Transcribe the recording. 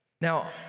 Now